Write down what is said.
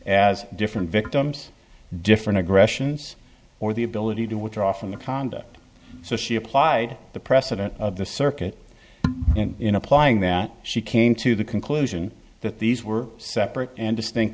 as different victims different aggressions or the ability to withdraw from the conduct so she applied the precedent of the circuit in applying that she came to the conclusion that these were separate and distinct